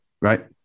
right